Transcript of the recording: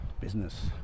business